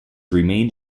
remained